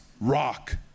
rock